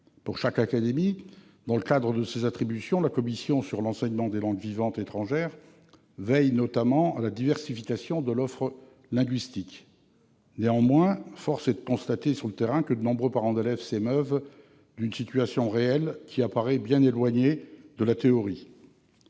Pour chaque académie, dans le cadre de ses attributions, la commission sur l'enseignement des langues vivantes étrangères veille, notamment, à la diversification de l'offre linguistique. Toutefois, force est de constater sur le terrain que de nombreux parents d'élèves s'émeuvent d'une situation réelle qui apparaît bien éloignée de la théorie.